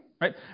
Right